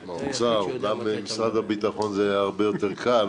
עם האוצר אומנם במשרד הביטחון זה היה הרבה יותר קל,